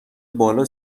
بالا